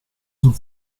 sul